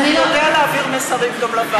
אני יודעת, אבל הוא יודע להעביר מסרים לוועדה.